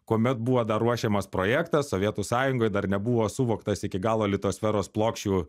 kuomet buvo dar ruošiamas projektas sovietų sąjungoj dar nebuvo suvoktas iki galo litosferos plokščių